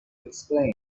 explain